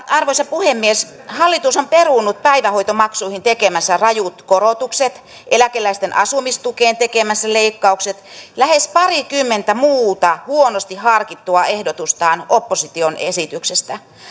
arvoisa puhemies hallitus on perunut päivähoitomaksuihin tekemänsä rajut korotukset eläkeläisten asumistukeen tekemänsä leikkaukset ja lähes parikymmentä muuta huonosti harkittua ehdotustaan opposition esityksestä